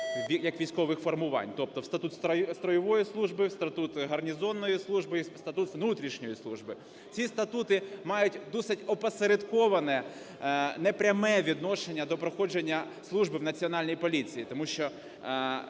як військових формувань. Тобто в Статут стройової служби, в Статут гарнізонної служби і в Статут внутрішньої служби. Ці статути мають досить опосередковане, не пряме відношення до проходження служби в Національній поліції. Тому що